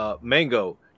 Mango